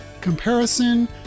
comparison